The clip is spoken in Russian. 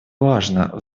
важно